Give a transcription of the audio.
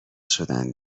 شدن